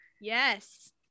Yes